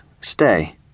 stay